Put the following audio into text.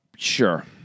sure